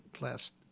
last